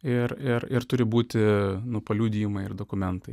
ir ir turi būti nu paliudijimai ir dokumentai